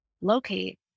locate